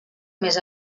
més